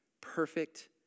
perfect